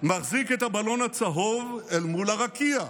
מחזיק את הבלון הצהוב אל מול הרקיע.